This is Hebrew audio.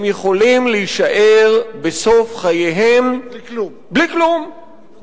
הם יכולים להישאר בסוף חייהם בלי כלום.